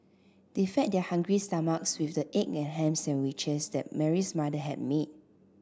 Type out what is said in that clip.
they fed their hungry stomachs with the egg and ham sandwiches that Mary's mother had made